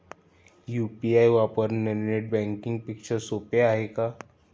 UPI वापरणे net banking पेक्षा सोपे आहे का?